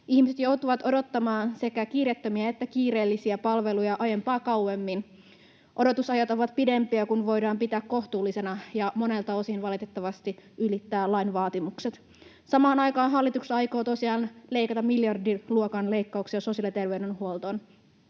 Ihmiset joutuvat odottamaan sekä kiireettömiä että kiireellisiä palveluja aiempaa kauemmin. Odotusajat ovat pidempiä kuin voidaan pitää kohtuullisena ja monelta osin valitettavasti ylittävät lain vaatimukset. Samaan aikaan hallitus aikoo tosiaan tehdä miljardiluokan leikkauksia sosiaali- ja terveydenhuoltoon.